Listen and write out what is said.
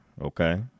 okay